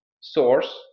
source